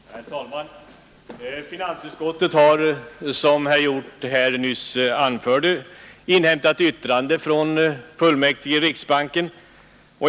Herr talman! Finansutskottet har, som herr Hjorth nyss anförde, inhämtat yttrande från fullmäktige i riksbanken.